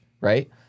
right